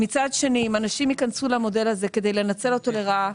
אם אנשים ייכנסו למודל הזה כדי לנצל אותו לרעה,